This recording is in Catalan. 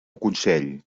consell